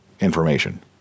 information